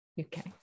Okay